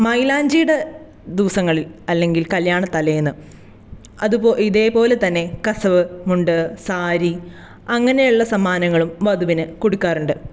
മൈലാഞ്ചിയുടെ ദിവസങ്ങളിൽ അല്ലെങ്കിൽ കല്യാണത്തലേന്ന് അത് പോ ഇതേപോലെ തന്നെ കസവ് മുണ്ട് സാരീ അങ്ങനെയുള്ള സമ്മാനങ്ങളും വധുവിന് കൊടുക്കാറുണ്ട്